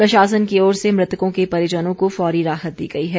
प्रशासन की ओर से मुतकों के परिजनों को फौरी राहत दी गई है